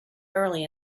early